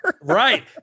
Right